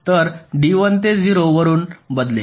तर D 1 ते 0 वरुन बदलेल